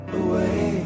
away